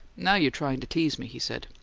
now you're trying to tease me, he said.